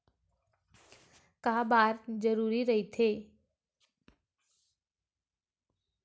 का बार जरूरी रहि थे?